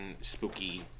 spooky